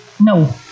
No